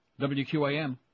WQAM